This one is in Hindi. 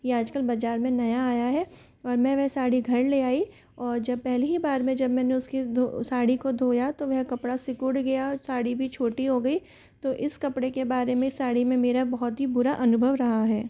यह आजकल बाजार में नया आया है और मैं वह साड़ी घर ले आई और जब पहली ही बार में जब मैंने उसकी साड़ी को धोया तो वह कपड़ा सिकुड़ गया साड़ी भी छोटी हो गई तो इस कपड़े के बारे में साड़ी में मेरा बहुत ही बुरा अनुभव रहा है